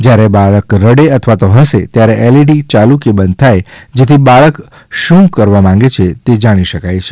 જયારે બાળક રડે અથવા તો હસે ત્યારે એલઇડી યાલુ કે બંધ થાય જેથી બાળક શુ કરવા માંગે છે તે જાણી શકાય છે